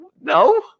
No